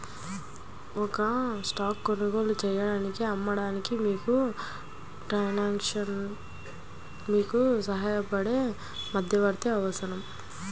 ఒక స్టాక్ కొనుగోలు చేయడానికి, అమ్మడానికి, మీకు ట్రాన్సాక్షన్లో మీకు సహాయపడే మధ్యవర్తి అవసరం